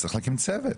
אז צריך להקים צוות,